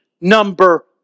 number